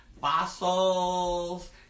fossils